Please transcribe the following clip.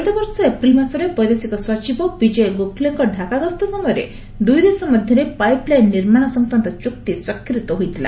ଚଳିତ ବର୍ଷ ଏପ୍ରିଲ ମାସରେ ବୈଦେଶିକ ସଚିବ ବିଜୟ ଗୋଖଲେଙ୍କ ତ୍ୱାକା ଗସ୍ତ ସମୟରେ ଦୁଇଦେଶ ମଧ୍ୟରେ ପାଇପ୍ଲାଇନ୍ ନିର୍ମାଣ ସଂକ୍ରାନ୍ତ ଚୁକ୍ତି ସ୍ୱାକ୍ଷରିତ ହୋଇଥିଲା